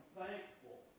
thankful